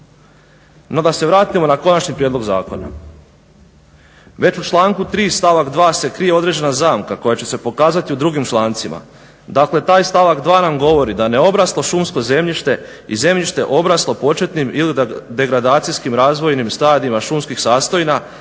No da se vratimo na konačni prijedlog zakona. Već u članku 3.stavak 2.se krije određena zamka koja će se pokazati u drugim člancima. Dakle taj stavak 2.nam govori da neobraslo šumsko zemljište i zemljište obraslo početnim ili degradacijskim razvojnim stadijima šumskih sastojna,